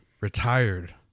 retired